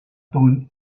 atún